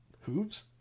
Hooves